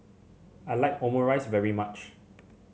I like Omurice very much